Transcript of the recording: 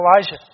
Elijah